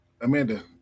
Amanda